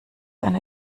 eine